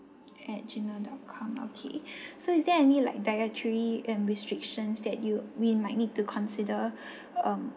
at Gmail dot com okay so is there any like dietary and restrictions that you we might need to consider um